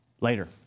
later